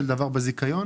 בזיכיון.